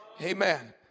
Amen